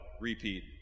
repeat